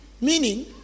Meaning